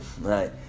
right